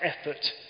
effort